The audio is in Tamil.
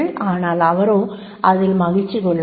ஆனால் அவரோ அதில் மகிழ்ச்சி கொள்ளவில்லை